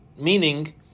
Meaning